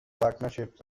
partnerships